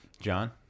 John